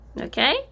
Okay